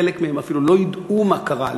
חלק מהם אפילו לא ידעו מה קרה,